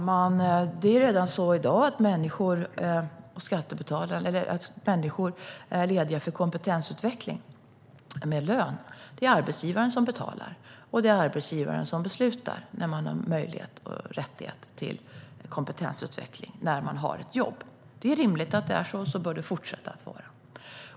Herr talman! Redan i dag är människor lediga för kompetensutveckling, med lön. Det är arbetsgivaren som betalar, och det är arbetsgivaren som beslutar när man har möjlighet och rätt till kompetensutveckling när man har ett jobb. Det är rimligt att det är så, och så bör det fortsätta att vara.